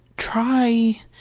Try